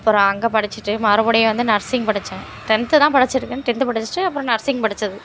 அப்புறம் அங்கே படிச்சுட்டு மறுபடியும் வந்து நர்சிங் படித்தேன் தென்த்து தான் படித்திருக்கேன் டென்த்து படிச்சுட்டு அப்புறம் நர்சிங் படித்தது